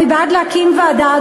אני בעד להקים ועדה,